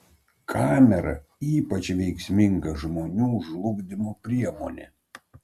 kamera ypač veiksminga žmonių žlugdymo priemonė